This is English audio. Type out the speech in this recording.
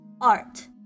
ART